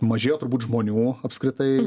mažėjo turbūt žmonių apskritai